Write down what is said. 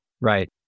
Right